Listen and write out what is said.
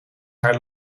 haar